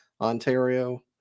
Ontario